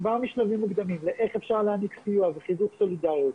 כבר משלבים מוקדמים ואיך אפשר להעניק סיוע וחיזוק סולידריות,